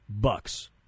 Bucks